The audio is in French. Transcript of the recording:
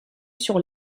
sur